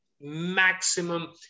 maximum